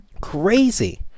Crazy